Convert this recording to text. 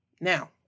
Now